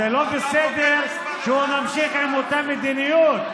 זה לא בסדר שהוא ממשיך עם אותה מדיניות.